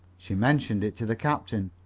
she mentioned it to the captain.